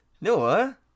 Noah